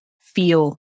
feel